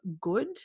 good